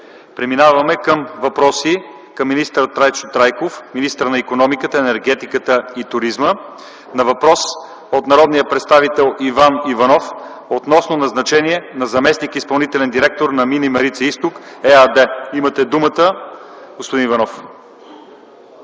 Преминаваме към отговори на МИНИСТЪР ТРАЙЧО ТРАЙКОВ - министър на икономиката, енергетиката и туризма, на въпрос от народния представител Иван Иванов относно назначение на заместник-изпълнителен директор на „Мини Марица изток” ЕАД. Имате думата, господин Иванов.